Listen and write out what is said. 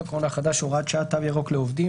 הקורונה החדש (הוראת שעה) (תו ירוק לעובדים),